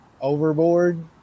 overboard